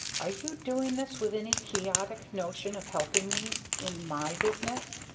are you doing this with any quixotic notion of helping me in my business?